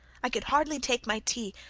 i could hardly take my tea,